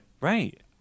Right